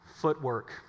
footwork